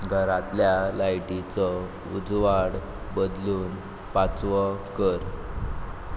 घरांतल्या लायटीचो उजवाड बदलून पांचवो कर